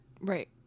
right